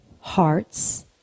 hearts